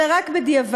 אלא רק בדיעבד.